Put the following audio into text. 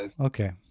Okay